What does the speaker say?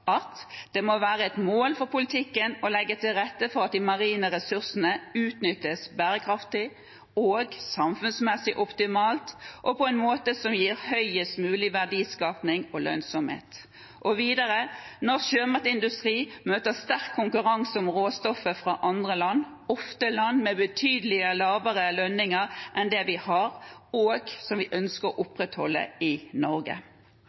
at det må være «et mål for politikken å legge til rette for at de marine ressursene utnyttes bærekraftig og samfunnsmessig optimalt og på en måte som gir høyest mulig verdiskaping og lønnsomhet». Videre het det at «norsk sjømatindustri møter sterk konkurranse om råstoffet fra andre land, ofte land med betydelig lavere lønninger enn det vi har, og skal ha, i Norge». Stortinget mente at vi